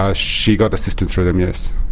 ah she got assistance through them yes,